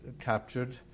captured